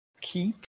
Keep